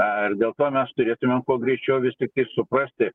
ar dėl to mes turėtumėm kuo greičiau vis tiktai suprasti